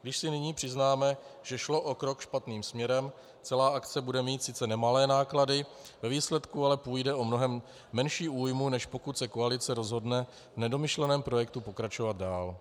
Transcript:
Když si nyní přiznáme, že šlo o krok špatným směrem, celá akce bude mít sice nemalé náklady, ve výsledku ale půjde o mnohem menší újmu, než pokud se koalice rozhodne v nedomyšleném projektu pokračovat dál.